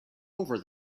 over